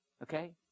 Okay